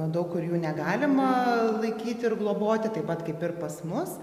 daug kur jų negalima laikyti ir globoti taip pat kaip ir pas mus